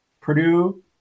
Purdue